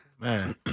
Man